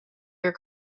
your